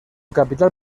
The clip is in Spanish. capital